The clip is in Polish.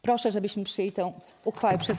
Proszę, żebyśmy przyjęli tę uchwałę przez